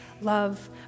love